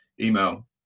email